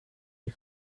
die